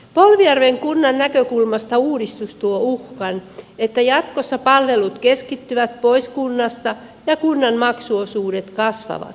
polvijärven kunnan näkökulmasta uudistus tuo uhkan että jatkossa palvelut keskittyvät pois kunnasta ja kunnan maksuosuudet kasvavat